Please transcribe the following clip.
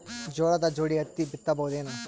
ಜೋಳದ ಜೋಡಿ ಹತ್ತಿ ಬಿತ್ತ ಬಹುದೇನು?